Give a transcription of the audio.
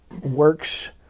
works